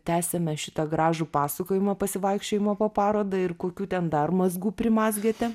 tęsiame šitą gražų pasakojimą pasivaikščiojimo po parodą ir kokių ten dar mazgų primazgėte